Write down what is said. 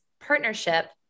partnership